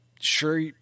sure